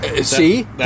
See